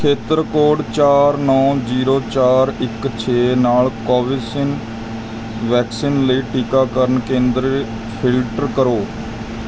ਖੇਤਰ ਕੋਡ ਚਾਰ ਨੌ ਜ਼ੀਰੋ ਚਾਰ ਇੱਕ ਛੇ ਨਾਲ ਕੋਵੈਸਿਨ ਵੈਕਸੀਨ ਲਈ ਟੀਕਾਕਰਨ ਕੇਂਦਰ ਫਿਲਟਰ ਕਰੋ